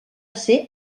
ser